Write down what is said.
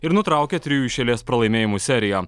ir nutraukė trijų iš eilės pralaimėjimų seriją